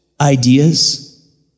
ideas